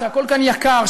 שהכול כאן יקר,